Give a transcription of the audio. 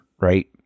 right